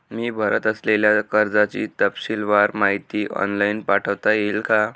मी भरत असलेल्या कर्जाची तपशीलवार माहिती ऑनलाइन पाठवता येईल का?